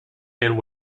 and